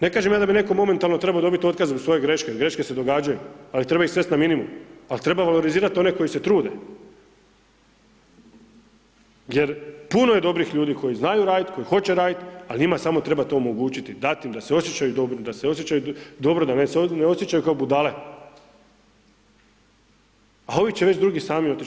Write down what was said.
Ne kažem ja da bi netko momentalno trebao dobiti otkaz zbog svoje greške, greške se događaju, ali treba ih svesti na minimum, ali treba valorizirati one koji se trude jer puno je dobrih ljudi koji znaju radit, koji hoće radit, ali njima samo treba to omogućit, dati im da se osjećaju dobrim, da se osjećaju dobro, da se ne osjećaju kao budale, a ovi će već drugi sami otić.